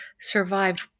survived